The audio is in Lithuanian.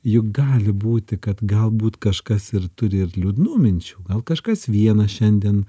juk gali būti kad galbūt kažkas ir turi ir liūdnų minčių gal kažkas vienas šiandien